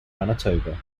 manitoba